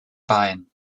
bein